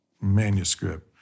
manuscript